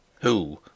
Who